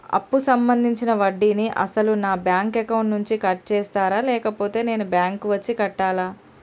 అప్పు సంబంధించిన వడ్డీని అసలు నా బ్యాంక్ అకౌంట్ నుంచి కట్ చేస్తారా లేకపోతే నేను బ్యాంకు వచ్చి కట్టాలా?